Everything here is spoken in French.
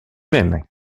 même